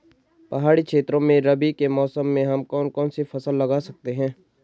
पहाड़ी क्षेत्रों में रबी के मौसम में हम कौन कौन सी फसल लगा सकते हैं?